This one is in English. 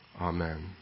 Amen